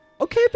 Okay